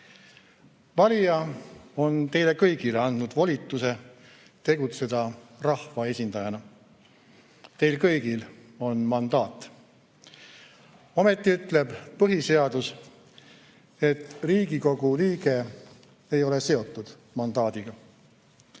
on teile kõigile andnud volituse tegutseda rahvaesindajana. Teil kõigil on mandaat. Ometi ütleb põhiseadus, et Riigikogu liige ei ole seotud mandaadiga.